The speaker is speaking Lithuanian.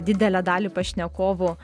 didelę dalį pašnekovų